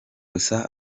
gusa